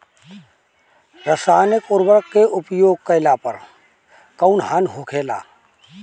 रसायनिक उर्वरक के उपयोग कइला पर कउन हानि होखेला?